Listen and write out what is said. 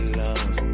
love